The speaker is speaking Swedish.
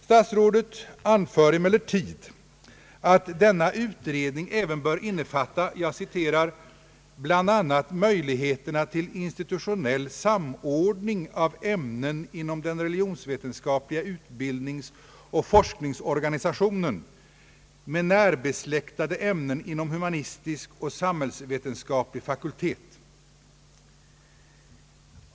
Statsrådet framhåller: emellertid att denna utredning även bör: innefatta »bland annat möjligheterna: till institutionell samordning av ämnen inom den religionsvetenskapliga utbildningsoch = forskningsorganisationen med närbesläktade ämnen inom humanistisk och samhällsvetenskaplig fakultet».